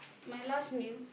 my last meal